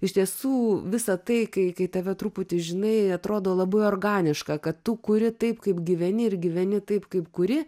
iš tiesų visa tai kai kai tave truputį žinai atrodo labai organiška kad tu kuri taip kaip gyveni ir gyveni taip kaip kuri